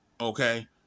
okay